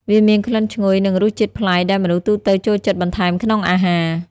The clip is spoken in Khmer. វាមានក្លិនឈ្ងុយ និងរសជាតិប្លែកដែលមនុស្សទូទៅចូលចិត្តបន្ថែមក្នុងអាហារ។